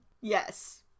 Yes